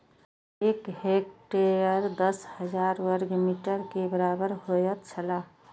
एक हेक्टेयर दस हजार वर्ग मीटर के बराबर होयत छला